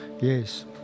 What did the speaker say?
Yes